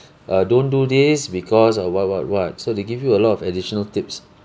uh don't do this because of what what what so they give you a lot of additional tips